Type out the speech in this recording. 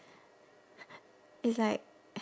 it's like